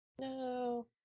No